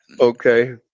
Okay